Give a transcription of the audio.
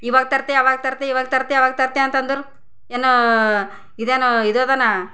ಈವಾಗ ತರ್ತೆ ಆವಾಗ ತರ್ತೆ ಈವಾಗ ತರ್ತೆ ಆವಾಗ ತರ್ತೆ ಅಂತ ಅಂದೋರು ಏನು ಇದೇನು ಇದದನ